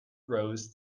rows